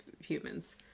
humans